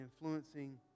influencing